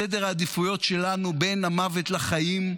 בסדר העדיפויות שלנו בין המוות לחיים,